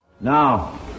Now